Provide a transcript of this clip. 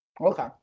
okay